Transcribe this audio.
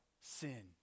sin